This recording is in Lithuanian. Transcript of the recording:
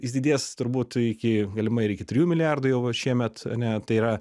jis didės turbūt iki galimai ir iki trijų milijardų jau šiemet ane tai yra